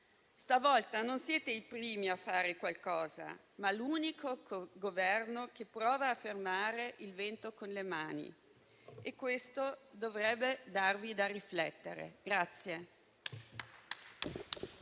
Stavolta non siete i primi a fare qualcosa, ma l'unico Governo che prova a fermare il vento con le mani. E questo dovrebbe farvi riflettere.